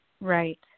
right